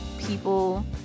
people